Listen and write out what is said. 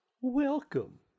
Welcome